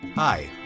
Hi